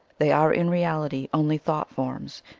they are in reality only thought forms,